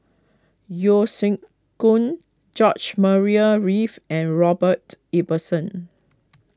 Yeo Siak Goon George Maria Reith and Robert Ibbetson